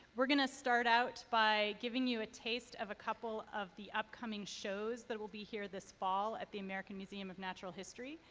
we're going to start out by giving you a taste of a couple of the upcoming shows that will be here this fall at the american museum of natural history.